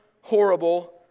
horrible